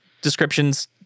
descriptions